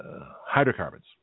hydrocarbons